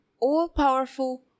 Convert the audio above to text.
all-powerful